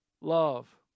love